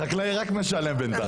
החקלאי רק משלם בינתיים.